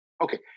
okay